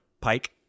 Pike